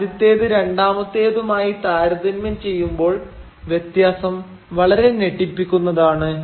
ആദ്യത്തേത് രണ്ടാമത്തേതുമായി താരതമ്യം ചെയ്യുമ്പോൾ വ്യത്യാസം വളരെ ഞെട്ടിപ്പിക്കുന്നതാണ്